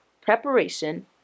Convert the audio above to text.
preparation